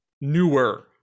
newer